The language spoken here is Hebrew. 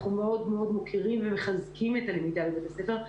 אנחנו מאוד מאוד מוקירים ומחזקים את הלמידה בבית הספר.